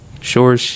sure